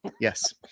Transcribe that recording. Yes